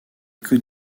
could